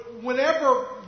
whenever